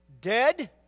dead